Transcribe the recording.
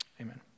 Amen